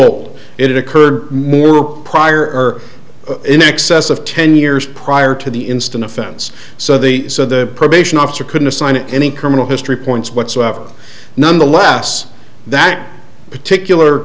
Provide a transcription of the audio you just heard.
old it occurred more prior in excess of ten years prior to the instant offense so the so the probation officer couldn't assign any criminal history points whatsoever none the less that particular